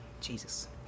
Jesus